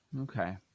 Okay